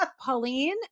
Pauline